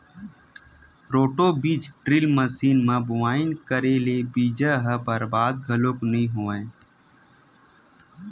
roto बीज drill machine म बोवई करे ले बीजा ह बरबाद घलोक नइ होवय